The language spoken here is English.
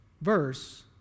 verse